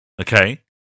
Okay